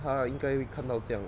她应该会看到这样